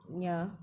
ya